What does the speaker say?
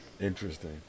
Interesting